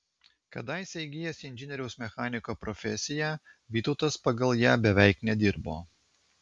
kadaise įgijęs inžinieriaus mechaniko profesiją vytautas pagal ją beveik nedirbo